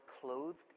clothed